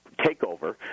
takeover